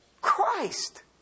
Christ